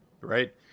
Right